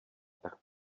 tak